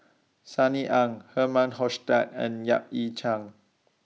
Sunny Ang Herman Hochstadt and Yap Ee Chian